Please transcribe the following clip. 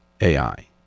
AI